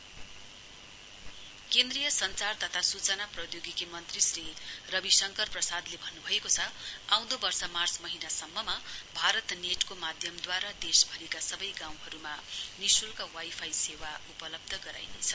free wifi service केन्द्रीय संचार तथा सूचना प्रौधोगिकी मन्त्री श्री रविशङ्कर प्रसादले भन्नभएको छ आउँदो वर्ष मार्च महीनासम्ममा भारत नेट को माध्यमद्वारा देशभरिका सवै गाउँहरुमा निशुल्क वाईफाई सेवा उपलब्ध गराइनेछ